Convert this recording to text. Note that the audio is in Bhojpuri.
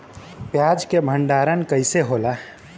प्याज के भंडारन कइसे होला?